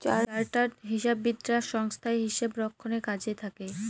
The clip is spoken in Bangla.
চার্টার্ড হিসাববিদরা সংস্থায় হিসাব রক্ষণের কাজে থাকে